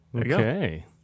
Okay